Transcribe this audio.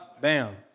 Bam